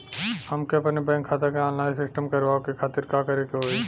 हमके अपने बैंक खाता के ऑनलाइन सिस्टम करवावे के खातिर का करे के होई?